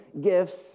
gifts